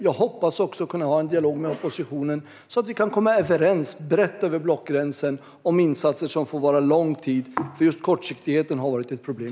Jag hoppas kunna ha en dialog med oppositionen så att vi kan komma överens brett över blockgränsen om långsiktiga insatser, för just kortsiktigheten har varit ett problem.